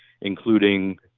including